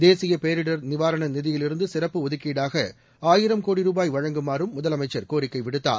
தேசிய பேரிடர் நிவாரண நிதியிலிருந்து சிறப்பு ஒதுக்கீடாக ஆயிரம் கோடி ரூபாய் வழங்குமாறும் முதலமைச்சர் கோரிக்கை விடுத்தார்